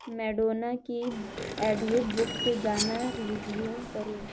Madonna کی audio book سے گانا ریزیوم کرو